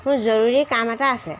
মোৰ জৰুৰী কাম এটা আছে